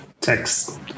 text